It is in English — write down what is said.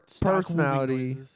personality